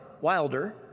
Wilder